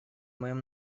моем